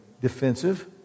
defensive